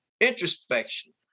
Introspection